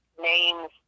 names